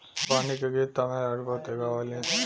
रोपनी क गीत त मेहरारू बहुते गावेलीन